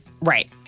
Right